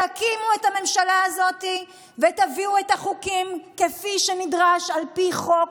תקימו את הממשלה הזו ותביאו את החוקים כפי שנדרש על פי חוק.